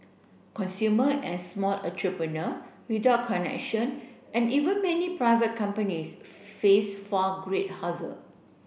consumer and small entrepreneur without connection and even many private companies face far great hazer